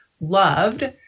loved